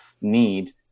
need